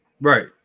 right